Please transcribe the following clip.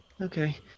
Okay